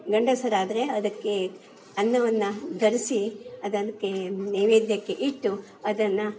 ಗಂಡಸರಾದರೆ ಅದಕ್ಕೆ ಅನ್ನವನ್ನು ಬೆರಸಿ ಅದನ್ನು ಕೇ ನೈವೇದ್ಯಕ್ಕೆ ಇಟ್ಟು ಅದನ್ನು